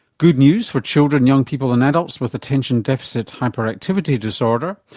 good news for children, young people and adults with attention deficit hyperactivity disorder,